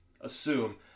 assume